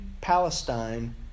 Palestine